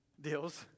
deals